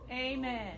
Amen